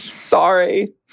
Sorry